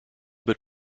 but